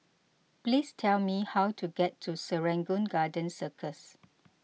please tell me how to get to Serangoon Garden Circus